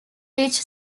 reach